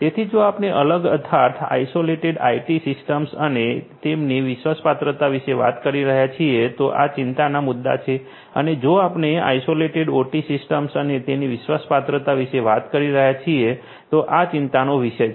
તેથી જો આપણે અલગ અર્થાત આઇસોલેટેડ આઇટી સિસ્ટમ્સ અને તેમની વિશ્વસપાત્રતા વિશે વાત કરી રહ્યા છીએ તો આ ચિંતાના મુદ્દા છે અને જો આપણે આઇસોલેટેડ ઓટી સિસ્ટમ્સ અને તેમની વિશ્વસપાત્રતા વિશે વાત કરી રહ્યા છીએ તો આ ચિંતાનો વિષય છે